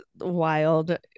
wild